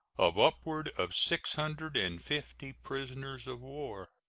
of upward of six hundred and fifty prisoners of war.